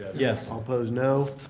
yeah so opposed, no.